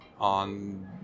on